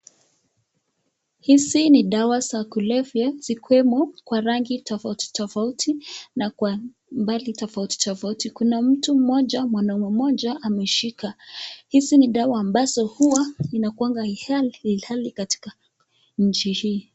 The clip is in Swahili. Hizi ni dawa za kulevya zikiwemo kwa rangi tofauti tofauti na kwa mbali tofauti tofauti kuna mtu mmoja mwanaume ameshika, hizi ni dawa ambazo huwa inakuanga hilali katika nchi hii.